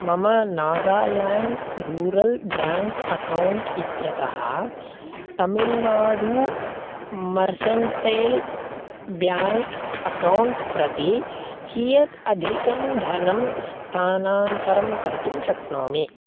मम Nagaland rural bank account इत्यतः Tamil Nadu mercantile bank account प्रति कियत् अधिकं धनं स्थानान्तरं कर्तुं शक्नोमि